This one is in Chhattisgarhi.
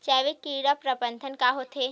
जैविक कीट प्रबंधन का होथे?